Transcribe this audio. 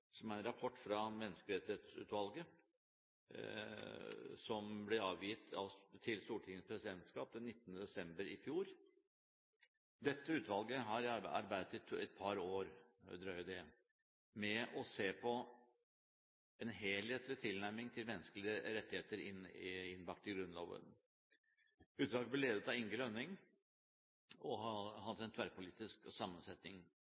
som er en rapport fra Menneskerettighetsutvalget, som ble avgitt til Stortingets presidentskap den 19. desember i fjor. Dette utvalget har arbeidet i drøyt et par år med å se på en helhetlig tilnærming til menneskerettigheter innbakt i Grunnloven. Utvalget ble ledet av Inge Lønning, og har hatt en tverrpolitisk sammensetning.